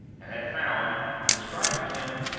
and had found, on describing him,